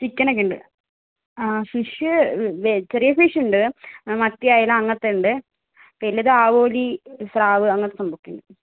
ചിക്കനൊക്കെയുണ്ട് ആ ഫിഷ് ചെറിയ ഫിഷ് ഉണ്ട് മത്തി അയല അങ്ങനത്തെ ഉണ്ട് വലുത് ആവോലി സ്രാവ് അങ്ങനത്തെ സംഭവമൊക്കെയുണ്ട്